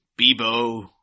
Bebo